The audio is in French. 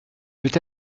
peut